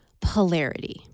polarity